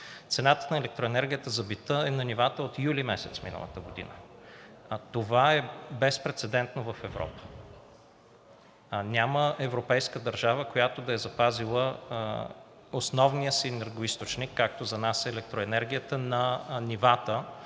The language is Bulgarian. Цената на електроенергията за бита е на нивата от юли месец миналата година, а това е безпрецедентно в Европа. Няма европейска държава, която да е запазила основния си енергоизточник, както за нас е електроенергията, на нивата,